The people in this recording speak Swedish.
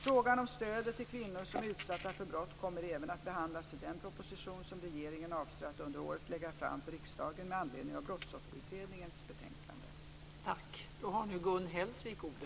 Frågan om stödet till kvinnor som är utsatta för brott kommer även att behandlas i den proposition som regeringen avser att under året lägga fram för riksdagen med anledning av Brottsofferutredningens betänkande.